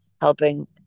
helping